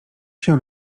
się